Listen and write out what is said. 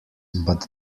but